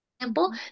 example